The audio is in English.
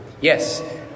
Yes